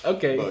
Okay